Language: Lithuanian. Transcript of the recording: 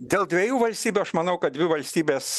dėl dviejų valstybių aš manau kad dvi valstybės